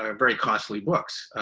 ah very costly books.